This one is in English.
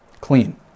clean